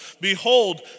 behold